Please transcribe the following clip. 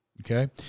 okay